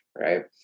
right